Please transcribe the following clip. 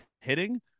hitting